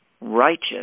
righteous